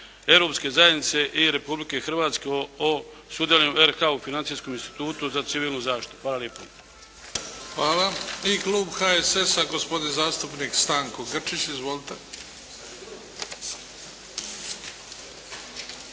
Europske zajednice i Republike Hrvatske o sudjelovanju RH-a u "Financijskom instrumentu za civilnu zaštitu". Hvala lijepo. **Bebić, Luka (HDZ)** I klub HSS-a gospodin zastupnik Stanko Grčić. Izvolite.